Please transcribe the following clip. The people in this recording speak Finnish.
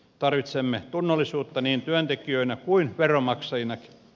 tarvitsemme tunnollisuutta niin työntekijöinä kuin veronmaksajinakin